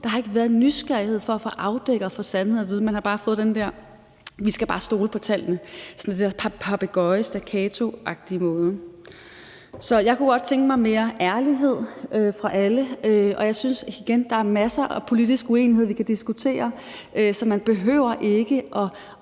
Der har ikke været nysgerrighed over for at få afdækket det og få sandheden at vide. Man har bare fået den der »vi skal bare stole på tallene« på en papegøjestaccatoagtig måde. Så jeg kunne godt tænke mig mere ærlighed fra alle. Jeg synes igen, der er masser af politisk uenighed, vi kan diskutere, så man behøver ikke at